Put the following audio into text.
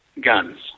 guns